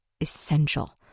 essential